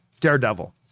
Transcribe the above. Daredevil